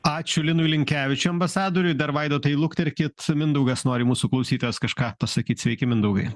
ačiū linui linkevičiui ambasadoriui dar vaidotai luktelkit mindaugas nori mūsų klausytojas kažką pasakyt sveiki mindaugai